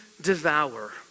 devour